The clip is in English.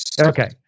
Okay